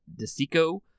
Desico